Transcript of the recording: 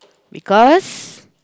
because